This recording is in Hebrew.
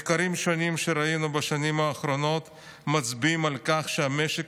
מחקרים שונים שראינו בשנים האחרונות מצביעים על כך שהמשק